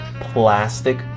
plastic